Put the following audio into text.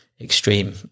extreme